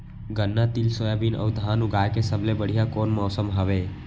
गन्ना, तिल, सोयाबीन अऊ धान उगाए के सबले बढ़िया कोन मौसम हवये?